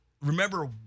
remember